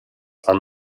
are